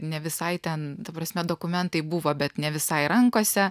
ne visai ten ta prasme dokumentai buvo bet ne visai rankose